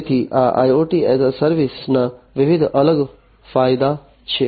તેથી આ IoT as a સર્વિસના વિવિધ અલગ ફાયદા છે